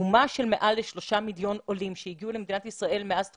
שהתרומה של מעל לשלושה מיליון עולים שהגיעו לישראל מאז תקומתה,